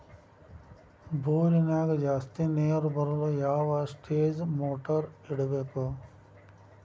ಬೋರಿನ್ಯಾಗ ಜಾಸ್ತಿ ನೇರು ಬರಲು ಯಾವ ಸ್ಟೇಜ್ ಮೋಟಾರ್ ಬಿಡಬೇಕು?